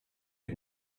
der